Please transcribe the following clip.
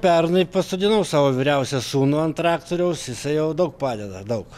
pernai pasodinau savo vyriausią sūnų ant traktoriaus jisai jau daug padeda daug